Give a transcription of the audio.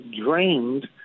drained